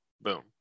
boom